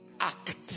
act